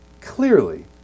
clearly